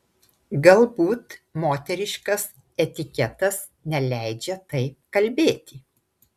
galbūt moteriškas etiketas neleidžia taip kalbėti